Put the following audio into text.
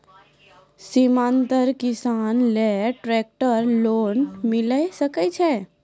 सीमांत किसान लेल ट्रेक्टर लोन मिलै सकय छै?